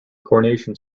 coronation